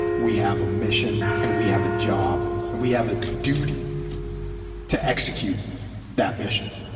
we have a mission and we have a job, and we have a duty to execute that mission.